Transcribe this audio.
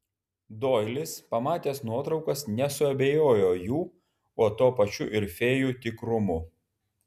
doilis pamatęs nuotraukas nesuabejojo jų o tuo pačiu ir fėjų tikrumu